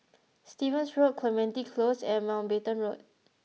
Stevens Road Clementi Close and Mountbatten Road